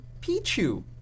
Pichu